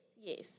Yes